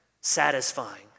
satisfying